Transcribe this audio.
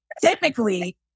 typically